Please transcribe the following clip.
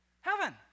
Heaven